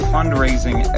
Fundraising